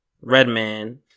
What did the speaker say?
Redman